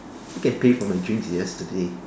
you can pay for my drinks yesterday